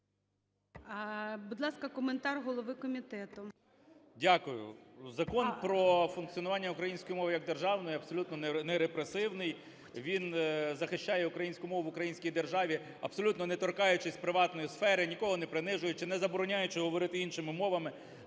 Дякую. Закон про функціонування української мови як державної абсолютно не репресивний, він захищає українську мову в українській державі, абсолютно не торкаючись приватної сфери, нікого не принижуючи, не забороняючи говорити іншими мовами,